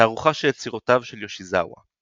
תערוכה של יצירותיו של יושיזאווה.